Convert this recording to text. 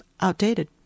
outdated